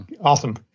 Awesome